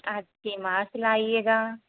अच्छे मार्क्स लाइएगा